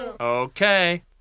Okay